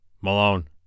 Malone